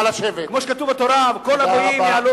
כמו שכתוב בתורה: וכל הגויים יעלו